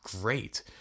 great